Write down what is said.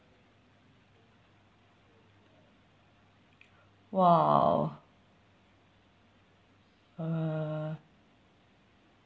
!wow! uh